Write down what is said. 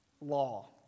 law